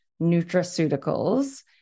nutraceuticals